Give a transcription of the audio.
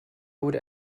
would